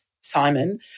Simon